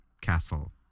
Castle